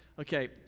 Okay